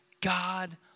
God